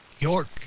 York